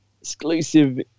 exclusive